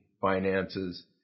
finances